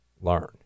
learn